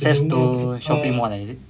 access to shopping mall eh is it